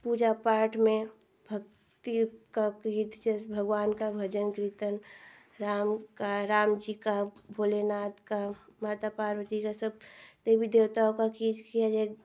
पूजा पाठ में भक्ति का गीत जैसे भगवान का भजन कीर्तन राम का राम जी का भोलेनाथ का माता पार्वती का सब देवी देवताओं का कीज किया जा